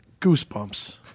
Goosebumps